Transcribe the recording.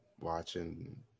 watching